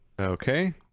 okay